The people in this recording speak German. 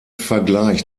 vergleich